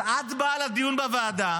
אז את באה לדיון בוועדה,